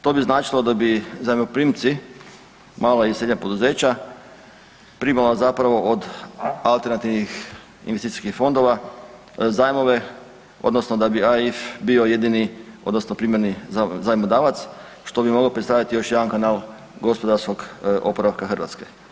To bi značilo da bi zajmoprimci mala i srednja poduzeća primala od alternativnih investicijskih fondova zajmove odnosno da bi EIF bio jedini odnosno primarni zajmodavac što bi moglo predstavljati još jedan kanal gospodarskog oporavka Hrvatske.